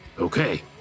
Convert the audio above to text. Okay